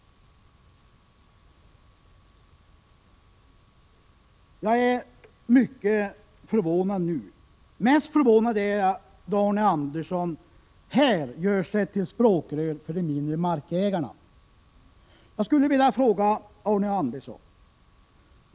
Kanske mest förvånad är jag över att Arne Andersson här gör sig till språkrör för de mindre markägarna. Jag skulle vilja fråga Arne Andersson en sak.